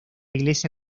iglesia